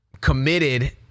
committed